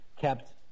kept